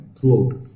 throughout